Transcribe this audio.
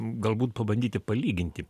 galbūt pabandyti palyginti